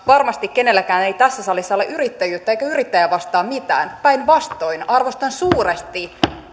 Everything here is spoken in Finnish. varmasti kenelläkään ei tässä salissa ole yrittäjyyttä eikä yrittäjiä vastaan mitään päinvastoin arvostan suuresti